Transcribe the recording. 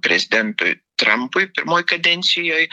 prezidentui trampui pirmoj kadencijoj